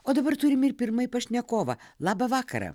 o dabar turim ir pirmąjį pašnekovą labą vakarą